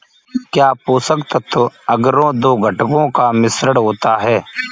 क्या पोषक तत्व अगरो दो घटकों का मिश्रण होता है?